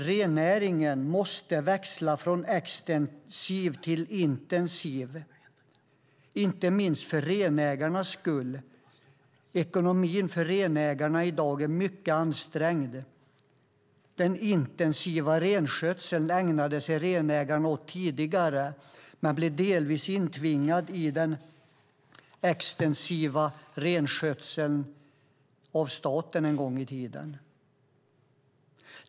Rennäringen måste växla från extensiv till intensiv, inte minst för renägarnas skull. Ekonomin är i dag mycket ansträngd för renägarna. Den intensiva renskötseln ägnade sig renägarna åt tidigare, men de blev delvis intvingade i den extensiva renskötseln av staten en gång i tiden.